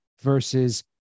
versus